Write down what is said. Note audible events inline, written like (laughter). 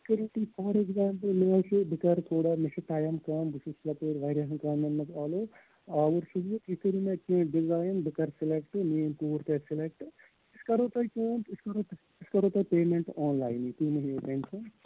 کٔرِو تُہۍ for example مےٚ حظ چھِ بہٕ کَرٕ تھوڑا مےٚ چھُ ٹایِم کَم بہٕ چھُس یَپٲرۍ واریاہَن کامٮ۪ن منٛز (unintelligible) آوُر چھُس بہٕ تُہۍ کٔرِو مےٚ کیٚنہہ ڈِزایِن بہٕ کَرٕ سِلیکٹ میٛٲنۍ کوٗر کَرِ سِلیکٹ أسۍ کَرو تۄہہِ کٲم أسۍ کَرو تۄہہِ أسۍ کَرو تۄہہِ پیمٮ۪نٛٹ آن لایِنٕے تُہۍ مہٕ ہیٚیِو ٹٮ۪نشَن